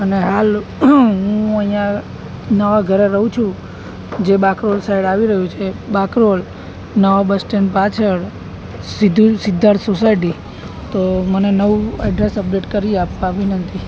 અને હાલ હું અહીંયા નવાં ઘરે રહું છું જે બાકરોલ સાઈડ આવી રહ્યું છે બાકરોલ નવાં બસસ્ટેન્ડ પાછળ સીધું સિદ્ધાર્થ સોસાયટી તો મને નવું એડ્રેસ અપડેટ કરી આપવા વિનંતી